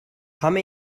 come